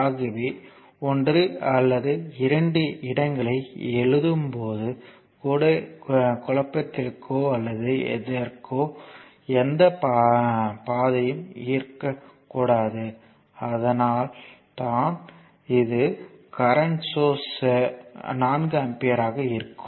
ஆகவே ஒன்று அல்லது இரண்டு இடங்களை எழுதும் போது கூட குழப்பத்திற்கோ அல்லது எதற்கோ எந்த பாதையும் இருக்கக்கூடாது ஆனால் இது கரண்ட் சோர்ஸ் ஆக 4 ஆம்பியர் இருக்கும்